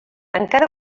encara